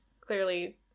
clearly